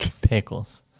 Pickles